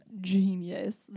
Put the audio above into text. genius